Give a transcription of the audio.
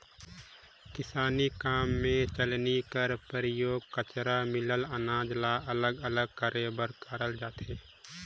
किसानी काम मे चलनी कर परियोग कचरा मिलल अनाज ल अलग अलग करे बर करल जाथे